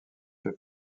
fait